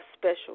special